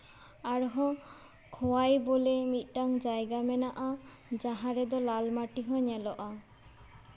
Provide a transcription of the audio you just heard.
ᱟᱨᱦᱚᱸ ᱠᱷᱳᱣᱟᱭ ᱵᱚᱞᱮ ᱢᱤᱫᱴᱟᱝ ᱡᱟᱭᱜᱟ ᱢᱮᱱᱟᱜᱼᱟ ᱡᱟᱦᱟᱸ ᱨᱮᱫᱚ ᱞᱟᱞ ᱢᱟᱴᱤ ᱦᱚᱸ ᱧᱮᱞᱚᱜᱼᱟ